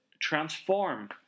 transform